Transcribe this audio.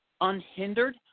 unhindered